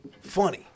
funny